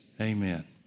amen